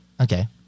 Okay